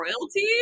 royalty